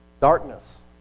darkness